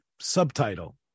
Subtitle